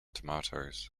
tomatoes